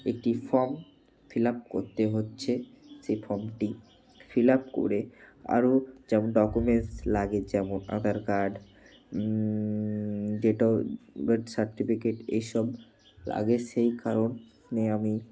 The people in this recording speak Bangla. একটি ফর্ম ফিলাপ কোত্তে হচ্ছে সে ফর্মটি ফিলাপ করে আরো যেমন ডকুমেন্টস লাগে যেমন Aadhaar card date of birth certificate এই সব লাগে সেই কারণে আমি